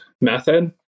method